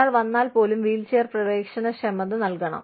ഒരാൾ വന്നാൽ പോലും വീൽചെയർ പ്രവേശനക്ഷമത നൽകണം